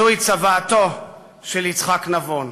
זו צוואתו של יצחק נבון.